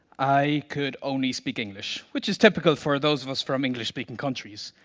i could only speak english, which is typical for those of us from english-speaking countries,